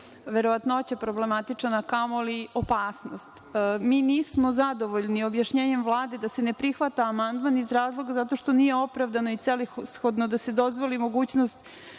verovatnoća problematičan, a kamoli opasnost. Mi nismo zadovoljni objašnjenjem Vlade da se ne prihvata amandman iz razloga zato što nije opravdano i celishodno da se dozvoli mogućnost